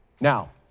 Now